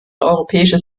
europäische